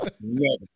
No